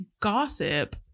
gossip